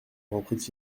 reprit